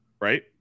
right